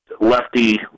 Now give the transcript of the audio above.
lefty